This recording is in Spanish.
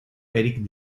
erik